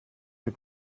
her